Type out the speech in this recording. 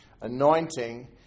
anointing